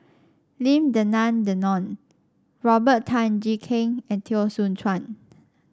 Lim Denan Denon Robert Tan Jee Keng and Teo Soon Chuan